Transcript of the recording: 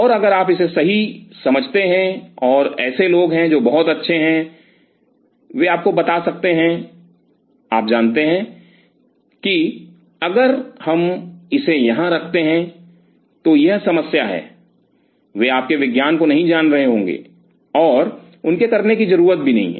और अगर आप इसे सही समझते हैं और ऐसे लोग हैं जो बहुत अच्छे हैं वे आपको बता सकते हैं आप जानते हैं कि अगर हम इसे यहां रखते हैं तो यह समस्या है वे आपके विज्ञान को नहीं जान रहे होंगे और उनके करने की जरूरत भी नहीं है